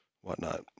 whatnot